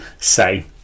say